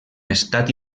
estat